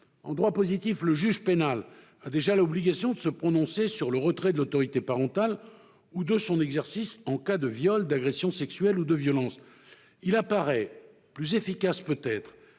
En droit positif, le juge pénal a déjà l'obligation de se prononcer sur le retrait de l'autorité parentale ou de son exercice en cas de viol, d'agression sexuelle ou de violence. Il apparaît plus efficace et